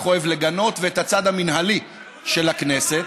אוהב לגנות ואת הצד המינהלי של הכנסת.